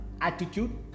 attitude